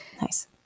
Nice